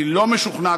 אני לא משוכנע.